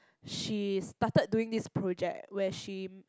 she started doing this project where she